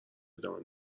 ادامه